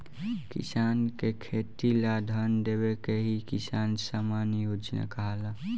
किसान के खेती ला धन देवे के ही किसान सम्मान योजना कहाला